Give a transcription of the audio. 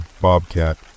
bobcat